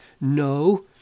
no